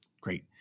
Great